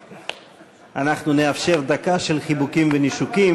אנחנו נאפשר דקה של חיבוקים ונישוקים